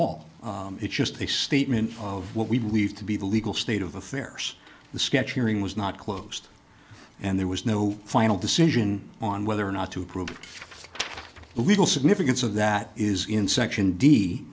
all it's just a statement of what we believe to be the legal state of affairs the sketch hearing was not closed and there was no final decision on whether or not to approve the legal significance of that is in section d